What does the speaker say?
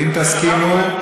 אם תסכימו,